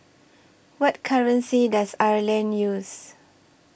What currency Does Ireland use